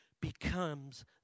becomes